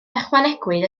ychwanegwyd